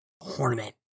Hornet